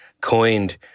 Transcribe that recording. coined